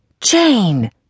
Jane